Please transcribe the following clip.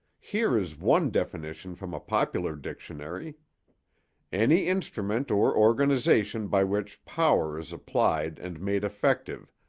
here is one definition from a popular dictionary any instrument or organization by which power is applied and made effective,